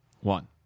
one